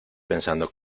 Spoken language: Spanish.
pensando